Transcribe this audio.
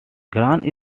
part